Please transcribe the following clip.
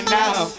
now